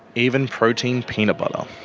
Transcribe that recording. even protein peanut butter.